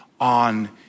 on